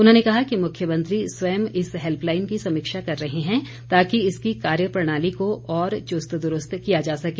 उन्होंने कहा कि मुख्यमंत्री स्वयं इस हैल्पलाईन की समीक्षा कर रहे हैं ताकि इसकी कार्यप्रणाली को और चुस्त दुरूस्त किया जा सके